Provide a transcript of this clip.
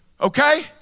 Okay